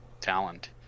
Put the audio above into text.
talent